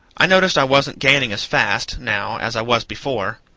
i noticed i wasn't gaining as fast, now, as i was before,